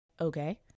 Okay